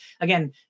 again